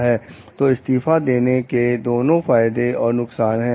तो इस्तीफा देने के दोनों फायदे और नुकसान हैं